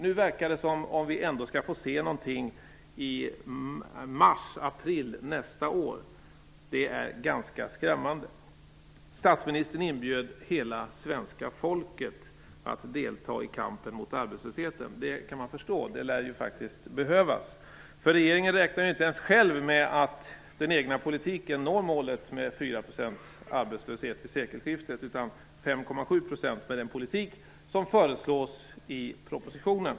Nu verkar det som om vi ändå skall få se någonting i mars, april nästa år. Det är ganska skrämmande. Statsministern inbjöd hela svenska folket att delta i kampen mot arbetslösheten. Det kan man förstå. Det lär faktiskt behövas. Regeringen räknar inte ens själv med att den egna politiken når målet 4 % arbetslöshet vid sekelskiftet, utan det handlar om 5,7 % med den politik som föreslås i propositionen.